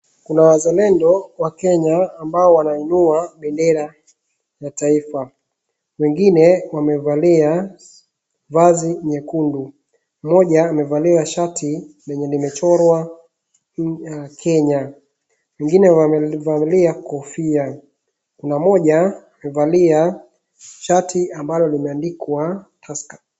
Kuna wazalendo wa Kenya ambao wanainua bendera ya taifa. Wengine wamevali vazi nyekundu. Mmoja amevalia shati lenye limechorwa Kenya, wengine wamevalia kofia. Kuna mmoja amevalia shati ambalo limeandikwa Tusker.